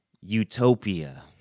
utopia